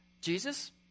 Jesus